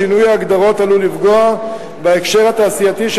שינוי ההגדרות עלול לפגוע בהקשר התעשייתי של